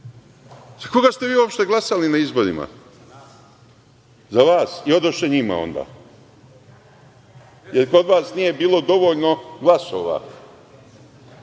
Za koga ste vi uopšte glasali na izborima? Za vas i odoše njima. Jer kod vas nije bilo dovoljno glasova,